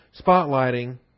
spotlighting